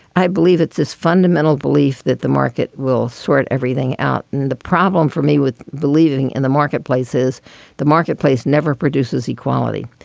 i believe it's his fundamental belief that the market will sort everything out. and the problem for me with believing in the marketplace is the marketplace never produces equality.